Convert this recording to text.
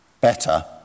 better